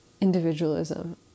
individualism